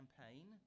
campaign